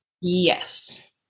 Yes